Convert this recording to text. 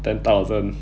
ten thousand